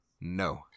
No